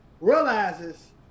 realizes